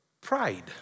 Pride